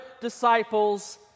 disciples